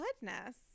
goodness